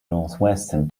northeastern